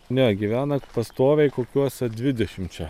ne gyvena pastoviai kokiuose dvidešim čia